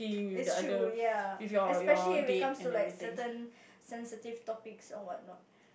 it's true ya especially when it comes to like certain sensitive topics or what not